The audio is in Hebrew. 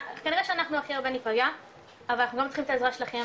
כנראה שאנחנו הכי הרבה ניפגע אבל אנחנו לא רק צריכים את העזרה שלכם,